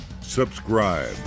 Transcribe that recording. subscribe